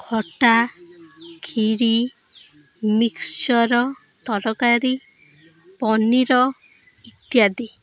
ଖଟା ଖିରି ମିକ୍ସଚର୍ ତରକାରୀ ପନିର୍ ଇତ୍ୟାଦି